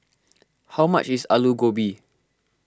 how much is Alu Gobi